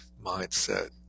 mindset